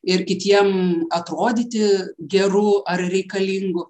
ir kitiem atrodyti gerų ar reikalingu